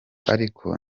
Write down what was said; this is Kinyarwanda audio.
ariko